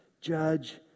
judge